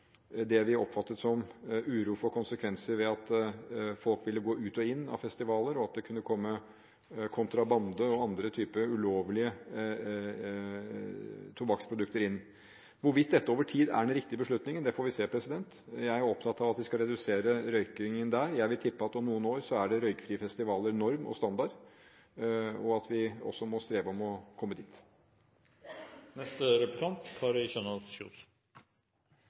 det vi oppfattet som uro for konsekvenser ved at folk ville gå ut og inn av festivaler, og at det kunne komme kontrabande og andre type ulovlige tobakksprodukter inn. Hvorvidt dette over tid er den riktige beslutningen, det får vi se. Jeg er opptatt av at det skal redusere røykingen der. Jeg vil tippe at om noen år er røykfrie festivaler norm og standard, og at vi må strebe etter å komme dit.